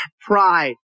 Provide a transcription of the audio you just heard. pride